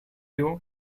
you